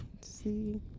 see